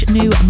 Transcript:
new